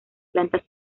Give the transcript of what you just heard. plantas